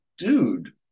dude